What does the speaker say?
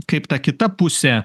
kaip ta kita pusė